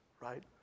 right